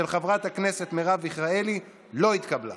של חברת הכנסת מרב מיכאלי, לא התקבלה.